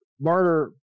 murder